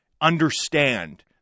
understand